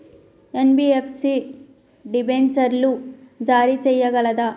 NBFC డిబెంచర్లు జారీ చేయగలదా?